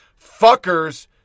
fuckers